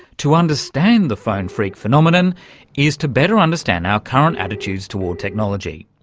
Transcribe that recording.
to understand the phone phreak phenomenon is to better understand our current attitudes toward technology.